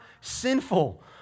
sinful